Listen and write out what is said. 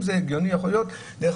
דרך